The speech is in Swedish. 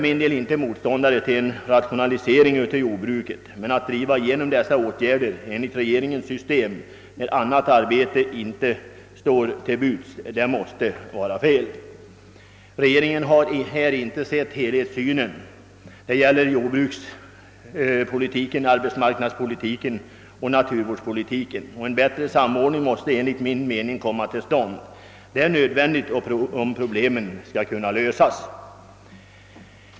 Jag är inte motståndare till en rationalisering av jordbruket, men att genomdriva des sa åtgärder enligt regeringens system när annat arbete inte står till buds måste vara felaktigt. Regeringen har inte sett helhetssynen; det gäller både jordbrukspolitiken, arbetsmarknadspolitiken och naturvårdspolitiken. En bättre samordning måste enligt min mening komma till stånd, om problmen skall kunna lösas.